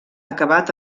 acabat